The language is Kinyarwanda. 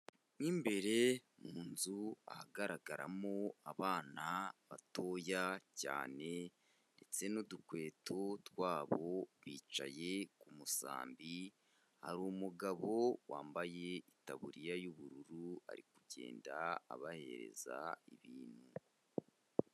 Muimbere mu nzu ahagaragaramo abana batoya cyane ndetse n'udukweto twabo, bicaye ku musambi, hari umugabo wambaye itaburiya y'ubururu ari kugenda abahereza ibintu.